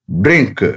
drink